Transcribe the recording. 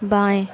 बाएँ